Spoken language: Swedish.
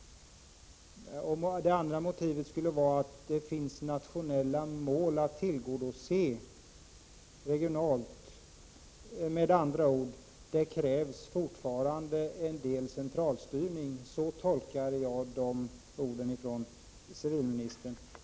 Ett annat motiv skulle vara att det finns nationella mål som man måste tillgodose regionalt. Det krävs med andra ord fortfarande en del centralstyrning — så tolkar jag de orden från civilministern.